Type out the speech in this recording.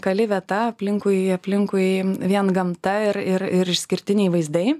unikali vieta aplinkui aplinkui vien gamta ir ir ir išskirtiniai vaizdai